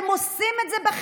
הם עושים את זה בחדווה.